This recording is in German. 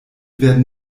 werden